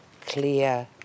clear